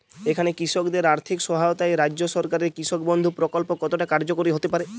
এখানে কৃষকদের আর্থিক সহায়তায় রাজ্য সরকারের কৃষক বন্ধু প্রক্ল্প কতটা কার্যকরী হতে পারে?